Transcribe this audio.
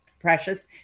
precious